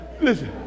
Listen